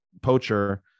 poacher